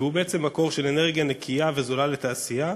והוא מקור של אנרגיה נקייה וזולה לתעשייה,